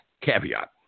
caveat